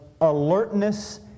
alertness